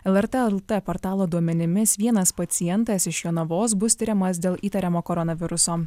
lrt lt portalo duomenimis vienas pacientas iš jonavos bus tiriamas dėl įtariamo koronaviruso